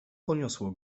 poniosło